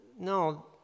no